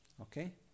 Okay